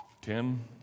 Tim